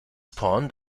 pond